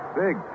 big